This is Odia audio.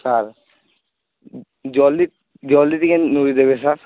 ସାର୍ ଜଲ୍ଦି ଜଲ୍ଦି ଟିକେ ନୁରି ଦେବେ ସାର୍